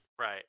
Right